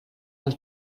del